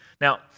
Now